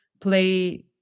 play